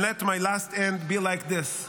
and let my last end be like his".